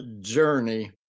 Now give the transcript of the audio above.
journey